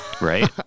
Right